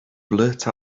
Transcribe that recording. blurt